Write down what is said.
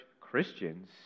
Christians